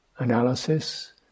Analysis